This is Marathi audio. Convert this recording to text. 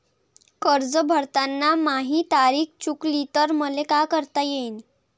कर्ज भरताना माही तारीख चुकली तर मले का करता येईन?